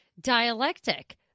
dialectic